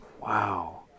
Wow